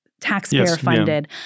taxpayer-funded